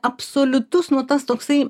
absoliutus nu tas toksai